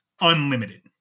unlimited